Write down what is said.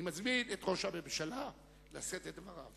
אני מזמין את כבוד ראש הממשלה לשאת את דבריו.